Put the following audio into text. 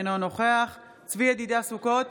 אינו נוכח צבי ידידיה סוכות,